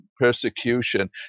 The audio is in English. persecution